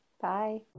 Bye